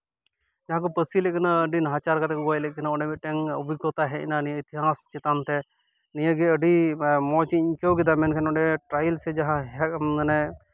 ᱡᱟᱦᱟᱸ ᱠᱚ ᱯᱟᱹᱥᱤ ᱞᱮᱜ ᱠᱤᱱᱟ ᱟᱹᱰᱤ ᱱᱟᱦᱟᱪᱟᱨ ᱠᱟᱛᱮ ᱠᱚ ᱜᱚᱡ ᱞᱮᱜ ᱠᱤᱱᱟ ᱚᱸᱰᱮ ᱢᱤᱫᱴᱟᱱ ᱚᱵᱷᱤᱜᱚᱛᱟ ᱦᱮᱡ ᱮᱱᱟ ᱱᱤᱭᱟᱹ ᱤᱛᱤᱦᱟᱥ ᱪᱮᱛᱟᱱ ᱛᱮ ᱱᱤᱭᱟᱹᱜᱮ ᱟᱹᱰᱤ ᱢᱚᱡᱽ ᱤᱧ ᱟᱹᱭᱠᱟᱹᱣ ᱠᱮᱫᱟ ᱢᱮᱱᱠᱷᱟᱱ ᱱᱚᱰᱮ ᱴᱟᱭᱤᱞᱥ ᱥᱮ ᱡᱟᱦᱟᱸ ᱦᱮᱡ ᱢᱟᱱᱮ